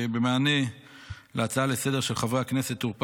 במענה להצעה לסדר-היום של חברי הכנסת טור פז,